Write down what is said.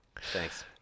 Thanks